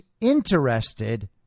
interested